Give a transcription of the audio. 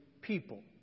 people